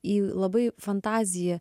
į labai fantaziją